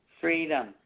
Freedom